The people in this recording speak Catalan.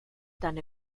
tan